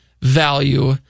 value